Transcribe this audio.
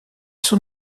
sont